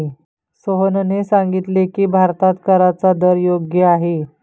सोहनने सांगितले की, भारतात कराचा दर योग्य आहे